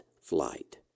flight